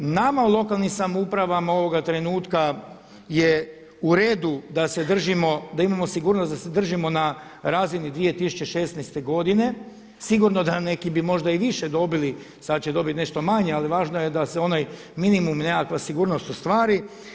Nama u lokalnim samoupravama ovoga trenutka je u redu da se držimo, da imamo sigurnost da se držimo na razini 2016. godine, sigurno da neki bi možda i više dobili, sada će dobiti nešto manje ali važno je da se onaj minimum i nekakva sigurnost ostvari.